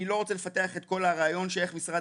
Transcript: אני לא רוצה לפתח את כל הרעיון של איך משרד